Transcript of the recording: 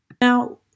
Now